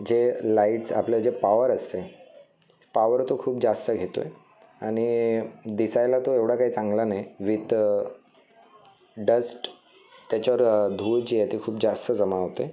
जे लाइटचं आपलं जे पॉवर असते पॉवर तो खूप जास्त घेतोय आणि दिसायला तो एवढा काही चांगला नाही विथ डस्ट त्याच्यावर धूळ जी आहे ती खूप जास्त जमा होते